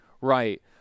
Right